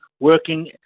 working